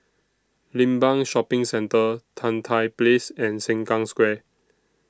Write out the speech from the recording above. Limbang Shopping Centre Tan Tye Place and Sengkang Square